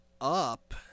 up